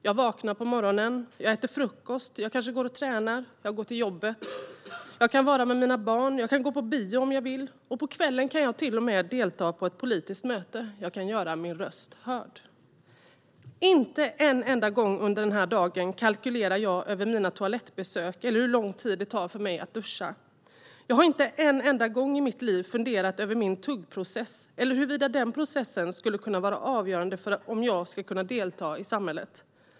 Jag vaknar på morgonen, äter frukost, kanske går och tränar, går till jobbet, kan vara med mina barn och kan gå på bio om jag vill. På kvällen kan jag till och med delta i ett politiskt möte, och jag kan göra min röst hörd. Inte en enda gång under dagen kalkylerar jag över mina toalettbesök eller hur lång tid det tar för mig att duscha. Jag har inte en enda gång i mitt liv funderat över min tuggprocess eller huruvida den processen ska vara avgörande för om jag kan delta i samhället.